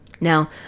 Now